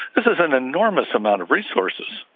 this is an enormous amount of resources.